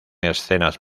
escenas